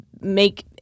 make